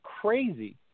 crazy